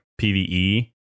PvE